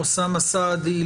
אוסאמה סעדי,